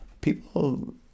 people